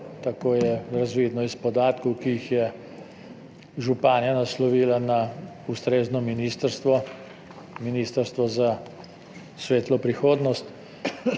Tako je razvidno iz podatkov, ki jih je županja naslovila na ustrezno ministrstvo, ministrstvo za svetlo prihodnost.